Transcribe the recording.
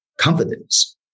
confidence